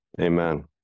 Amen